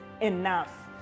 enough